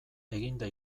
eginda